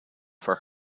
for